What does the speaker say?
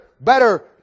better